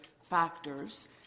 factors